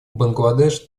бангладеш